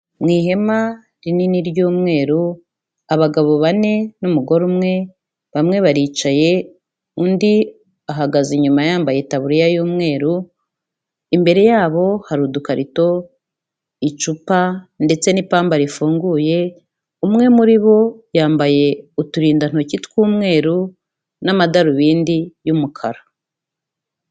Mu ihema rinini ry'umweru, abagabo bane n'umugore umwe, bamwe baricaye undi ahagaze inyuma yambaye itaburiya y'umweru, imbere yabo hari udukarito, icupa ndetse n'ipamba rifunguye, umwe muri bo yambaye uturindantoki tw'umweru n'amadarubindi y'umukara.